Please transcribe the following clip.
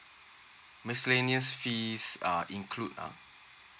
miscellaneous fees are include ah